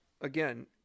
again